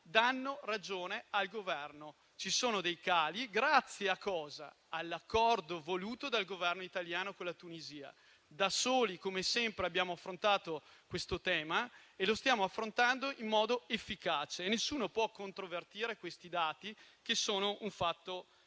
danno ragione al Governo: ci sono dei cali grazie all'accordo voluto dal Governo italiano con la Tunisia. Da soli, come sempre, abbiamo affrontato questo tema e lo stiamo affrontando in modo efficace e nessuno può controvertere questi dati, che sono un fatto reale